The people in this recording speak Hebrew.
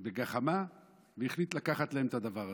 בגחמה, והחליט לקחת להן את הדבר הזה.